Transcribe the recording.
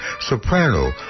soprano